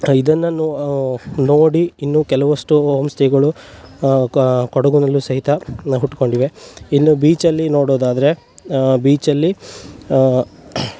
ಇದನನ್ನು ನೋಡಿ ಇನ್ನು ಕೆಲವಷ್ಟು ಹೋಮ್ ಸ್ಟೇಗಳು ಕೊಡಗುನಲ್ಲು ಸಹಿತ ನ ಹುಟ್ಕೊಂಡಿವೆ ಇನ್ನು ಬೀಚಲ್ಲಿ ನೋಡೋದಾದರೆ ಬೀಚಲ್ಲಿ